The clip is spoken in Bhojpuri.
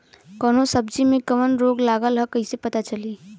कौनो सब्ज़ी में कवन रोग लागल ह कईसे पता चली?